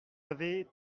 avez